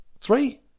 three